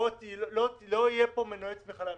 לא יהיו פה מנועי צמיחה לאנשים,